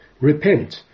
Repent